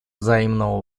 взаимного